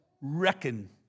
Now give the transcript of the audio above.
reckon